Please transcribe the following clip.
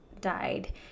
died